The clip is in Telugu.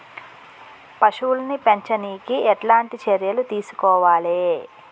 పశువుల్ని పెంచనీకి ఎట్లాంటి చర్యలు తీసుకోవాలే?